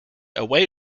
away